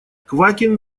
квакин